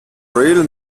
real